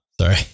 sorry